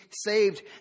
saved